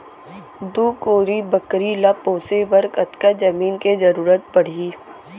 दू कोरी बकरी ला पोसे बर कतका जमीन के जरूरत पढही?